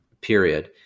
period